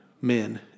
men